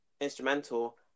instrumental